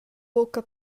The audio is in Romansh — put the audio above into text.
bucca